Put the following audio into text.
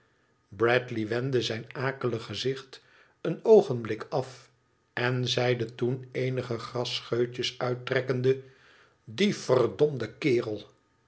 bradley wendde zijn akelig gezicht een oogenblik af en zeide toen eenige grasscheutjes uittrekkende i die verd kerel